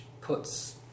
puts